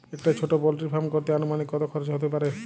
একটা ছোটো poultry farm করতে আনুমানিক কত খরচ কত হতে পারে?